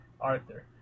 Arthur